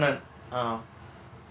ah